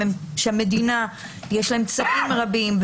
שהמדינה יש לה אמצעים רבים,